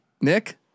Nick